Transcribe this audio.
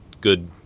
Good